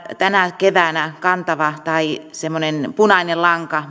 tänä keväänä semmoinen punainen lanka